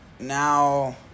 now